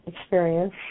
experience